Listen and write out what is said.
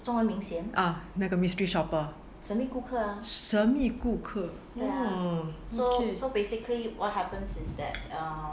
ah the mystery shopper 神秘顾客 !wow! okay